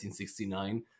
1969